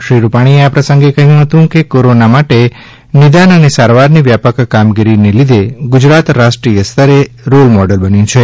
શ્રી રૂપાણીએ આ પ્રસંગે કહ્યું હતું કે કોરોના માટે નિદાન અને સારવારની વ્યાપક કામગીરીને લીધે ગુજરાત રાષ્ટ્રીય સ્તરે રોલમોડલ બન્યું છે